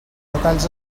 detalls